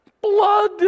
blood